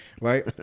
right